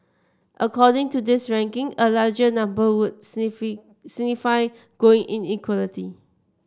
according to this ranking a larger number would signify growing inequality